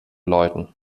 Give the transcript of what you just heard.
läuten